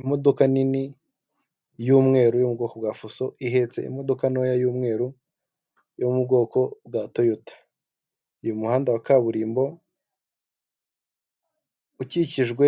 Imodoka nini y’umweru yo mu bwoko bwa fuso ihetse imodoka ntoya y'umweru yo mu bwoko bwa Toyota. Uyu muhanda wa kaburimbo ukikijwe